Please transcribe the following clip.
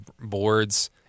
boards